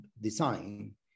design